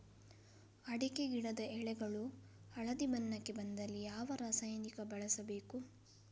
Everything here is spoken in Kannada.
ಅಡಿಕೆ ಗಿಡದ ಎಳೆಗಳು ಹಳದಿ ಬಣ್ಣಕ್ಕೆ ಬಂದಲ್ಲಿ ಯಾವ ರಾಸಾಯನಿಕ ಬಳಸಬೇಕು?